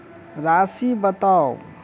राशि बताउ